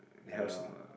I don't know